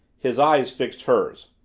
his eyes fixed hers.